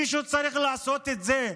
מישהו צריך לעשות את זה.